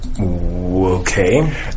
Okay